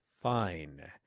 fine